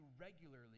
regularly